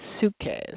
suitcase